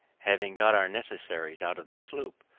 having got our necessaries out of the sloop,